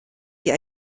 die